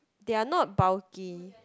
they are not bulky